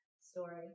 story